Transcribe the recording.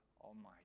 Almighty